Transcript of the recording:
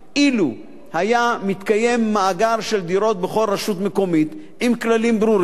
אילו היה מתקיים מאגר של דירות בכל רשות מקומית עם כללים ברורים,